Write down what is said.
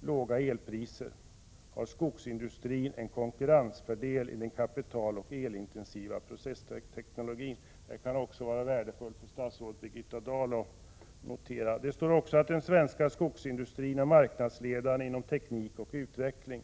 låga elpriser, har skogsindustrin en konkurrensfördel i den kapitaloch elintensiva processteknologin.” — Detta kan också vara värdefullt för statsrådet Birgitta Dahl att notera. Där står också att den svenska skogsindustrin är marknadsledande inom teknik och utveckling.